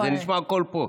נשמע הכול פה.